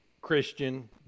Christian